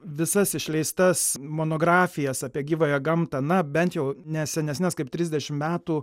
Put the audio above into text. visas išleistas monografijas apie gyvąją gamtą na bent jau ne senesnes kaip trisdešim metų